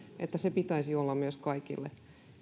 että sen pitäisi olla kaikille